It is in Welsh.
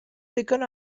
ddigon